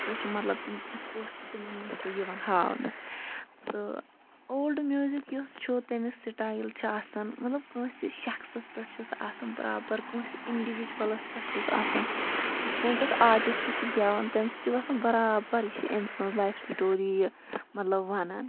سُہ چھُ مطلب تِم تِتھ پٲٹھۍ چھُ تِمَن مَنٛز سُہ یِوان ہاونہٕ تہٕ اولڑ میوزِک یُس چھُ تَمیُک سِٹایل چھِ آسان مطلب کٲنٛسہِ شَخصَس پٮ۪ٹھ چھِ سُہ آسان پراپَر کانٛسہِ اِنڑِجِوَلَس پٮ۪ٹھ چھُ سُہ آسان یِتھ کٔنۍ تَتھ آٹِسٹہٕ چھُ گٮ۪وان تَمہِ سۭتۍ چھُ باسان برابَر یہِ چھُ أمۍ سٕنٛز لایِف سِٹوری مطلب وَنان